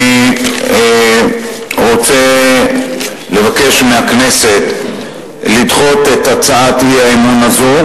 אני רוצה לבקש מהכנסת לדחות את הצעת האי-אמון הזו,